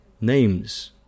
names